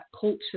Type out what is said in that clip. culture